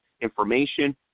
information